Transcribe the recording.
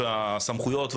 הסמכויות,